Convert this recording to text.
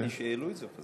הבנתי שהעלו את זה חזרה.